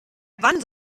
wann